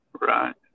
Right